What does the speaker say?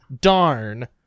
darn